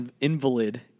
Invalid